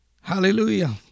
Hallelujah